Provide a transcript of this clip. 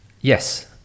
Yes